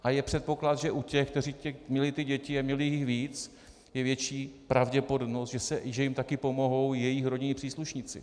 A je předpoklad, že u těch, kteří měli ty děti a měli jich víc, je větší pravděpodobnost, že jim taky pomohou jejich rodinní příslušníci.